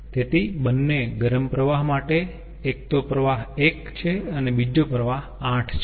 તેથી બંને ગરમ પ્રવાહ માટે એક તો પ્રવાહ 1 છે અને બીજો પ્રવાહ 8 છે